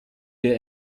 wir